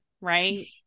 right